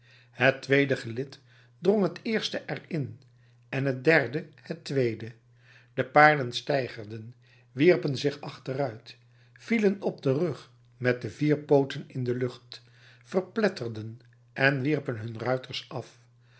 het tweede gelid drong het eerste er in en het derde het tweede de paarden steigerden wierpen zich achteruit vielen op den rug met de vier pooten in de lucht verpletterden en wierpen hun ruiters af